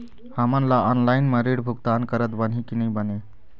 हमन ला ऑनलाइन म ऋण भुगतान करत बनही की नई बने?